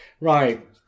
Right